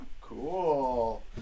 cool